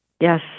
Yes